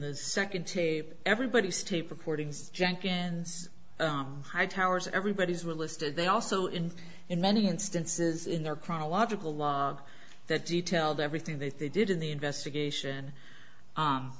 the second tape everybody's tape recordings jenkins hightower's everybody's relisted they also in in many instances in their chronological log that detailed everything that they did in the investigation